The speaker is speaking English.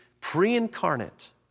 pre-incarnate